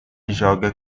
joga